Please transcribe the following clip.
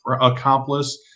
accomplice